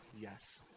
yes